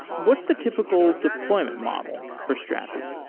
what' the typical deployment model for strapi?